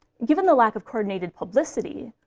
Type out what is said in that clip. given the lack of coordinated publicity,